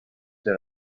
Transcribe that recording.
that